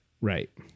Right